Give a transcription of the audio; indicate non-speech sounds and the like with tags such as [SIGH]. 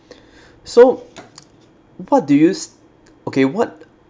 [BREATH] so what do you s~ okay what